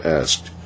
asked